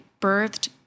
birthed